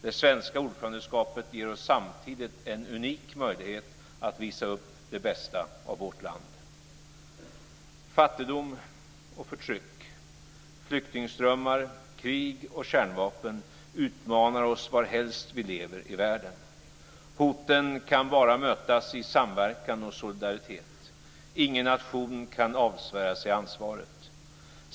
Det svenska ordförandeskapet ger oss samtidigt en unik möjlighet att visa upp det bästa av vårt land. Fattigdom och förtryck, flyktingströmmar, krig och kärnvapen utmanar oss varhelst vi lever i världen. Hoten kan bara mötas i samverkan och solidaritet. Ingen nation kan avsvära sig ansvaret.